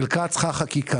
חלק מהדברים מצריכים חקיקה.